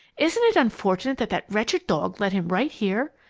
isn't it unfortunate that that wretched dog led him right here!